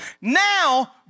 Now